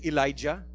Elijah